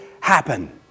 happen